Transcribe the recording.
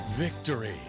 Victory